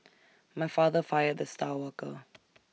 my father fired the star worker